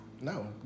No